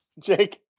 Jake